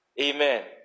Amen